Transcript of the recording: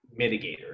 mitigator